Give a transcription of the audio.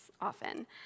often